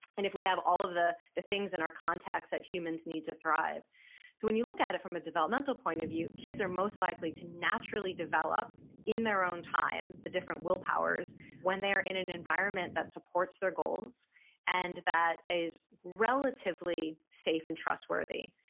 and if we have all of the the things in our contacts that humans need to thrive. so when you look at it from a developmental point of view, kids are most likely to naturally develop in their own time the different willpowers when they're in an environment that supports their goals and that is relatively safe and trustworthy